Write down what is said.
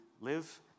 live